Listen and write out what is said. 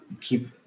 keep